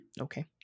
Okay